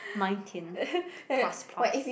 nineteen plus plus